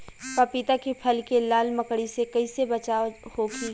पपीता के फल के लाल मकड़ी से कइसे बचाव होखि?